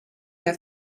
der